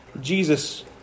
Jesus